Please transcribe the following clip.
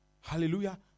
Hallelujah